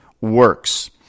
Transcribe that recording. works